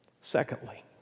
Secondly